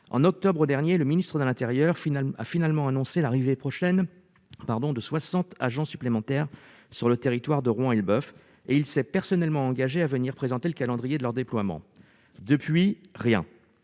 en octobre dernier, le ministre de l'Intérieur finale a finalement annoncé l'arrivée prochaine, pardon, de 60 agents supplémentaires sur le territoire de Rouen Elbeuf et il s'est personnellement engagé à venir présenter le calendrier de leur déploiement depuis rien